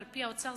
על-פי האוצר,